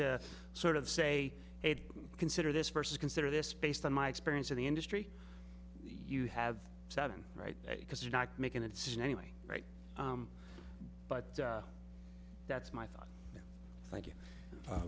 to sort of say consider this versus consider this based on my experience in the industry you have seven right because you're not making a decision anyway right but that's my thought